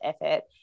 effort